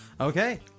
Okay